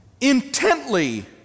intently